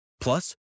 Plus